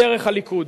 בדרך הליכוד.